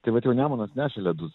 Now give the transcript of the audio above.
tai vat jau nemunas nešė ledus